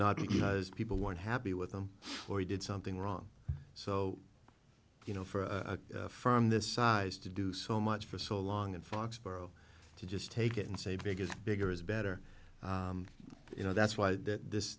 not because people weren't happy with him or he did something wrong so you know for a firm this size to do so much for so long in foxborough to just take it and say big is bigger is better you know that's why that this